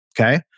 okay